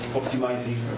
optimizing